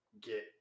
get